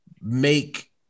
make